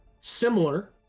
Similar